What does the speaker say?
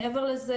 מעבר לזה,